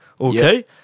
Okay